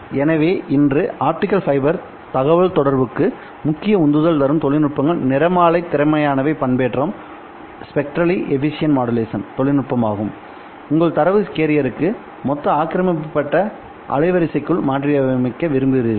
எனவே இன்று optical fibre தகவல்தொடர்புக்கு முக்கிய உந்துதல் தரும் தொழில்நுட்பங்கள் நிறமாலை திறமையானவை பண்பேற்றம் தொழில்நுட்பமாகும் உங்கள் தரவை கேரியருக்கு மொத்த ஆக்கிரமிக்கப்பட்ட அலைவரிசைக்குள் மாற்றியமைக்க விரும்புகிறீர்கள்